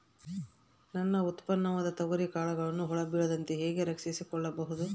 ನನ್ನ ಉತ್ಪನ್ನವಾದ ತೊಗರಿಯ ಕಾಳುಗಳನ್ನು ಹುಳ ಬೇಳದಂತೆ ಹೇಗೆ ರಕ್ಷಿಸಿಕೊಳ್ಳಬಹುದು?